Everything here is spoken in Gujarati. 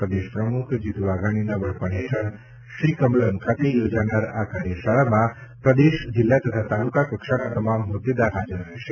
પ્રદેશ પ્રમુખ જીતુભાઈ વાઘાણીના વડપણ હેઠળ શ્રી કમલમ ખાતે યોજાનાર આ કાર્યશાળામાં પ્રદેશ જિલ્લા તથા તાલુકા કક્ષાના તમામ હોદ્દેદાર હાજર રહેશે